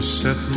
set